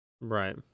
right